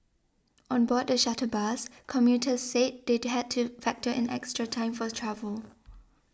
on board the shuttle bus commuters said they had to factor in extra time for the travel